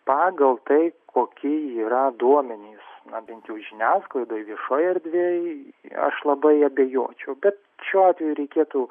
pagal tai kokie yra duomenys na bent jau žiniasklaidoj viešoj erdvėj aš labai abejočiau bet šiuo atveju reikėtų